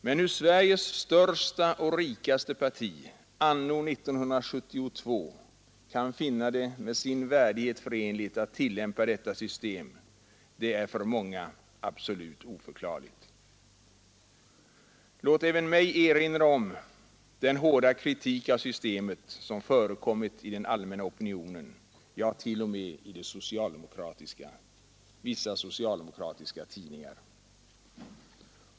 Men hur Sveriges största och rikaste parti anno 1972 kan finna det med sin ighet förenligt att tillämpa detta system är för många absolut oförklarligt. Låt även mig erinra om den hårda kritik av systemet som förekommit i den allmänna opinionen, ja t.o.m. i vissa socialdemokratiska tidningar.